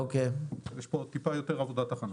יש פה טיפה יותר עבודת הכנה.